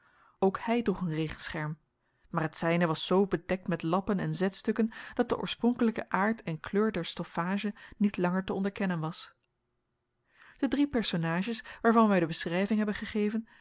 ook hij droeg een regenscherm maar het zijne was zoo bedekt met lappen en zetstukken dat de oorspronkelijke aard en kleur der stoffage niet langer te onderkennen was de drie personages waarvan wij de beschrijving hebben gegeven